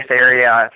area